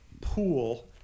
pool